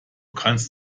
kannst